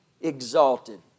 exalted